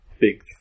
big